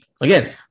Again